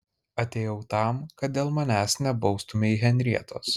atėjau tam kad dėl manęs nebaustumei henrietos